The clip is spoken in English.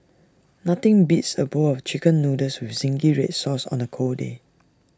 nothing beats A bowl of Chicken Noodles with Zingy Red Sauce on A cold day